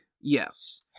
Yes